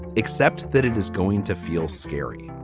except that it is going to feel scary,